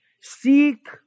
seek